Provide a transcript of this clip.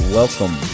welcome